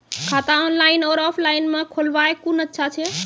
खाता ऑनलाइन और ऑफलाइन म खोलवाय कुन अच्छा छै?